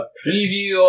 preview